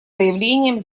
заявлением